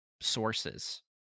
sources